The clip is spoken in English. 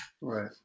Right